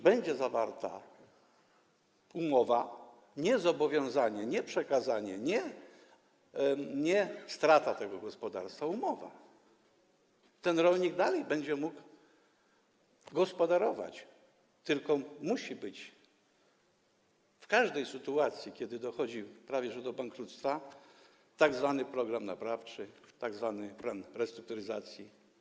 Będzie zawarta umowa - nie zobowiązanie, nie przekazanie, nie strata tego gospodarstwa, umowa - i ten rolnik dalej będzie mógł gospodarować, tylko musi być, jak w każdej sytuacji, kiedy dochodzi prawie że do bankructwa, tzw. program naprawczy, tzw. plan restrukturyzacji.